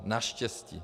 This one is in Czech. Naštěstí.